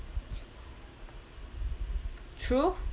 true